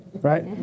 Right